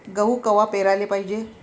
गहू कवा पेराले पायजे?